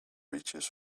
reaches